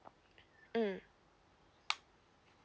mm